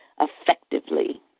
effectively